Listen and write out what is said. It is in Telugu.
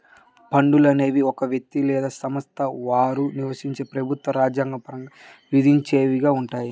పన్నులు అనేవి ఒక వ్యక్తికి లేదా సంస్థలపై వారు నివసించే ప్రభుత్వం రాజ్యాంగ పరంగా విధించేవిగా ఉంటాయి